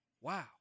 Wow